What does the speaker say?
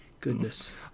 Goodness